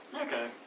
Okay